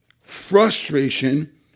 frustration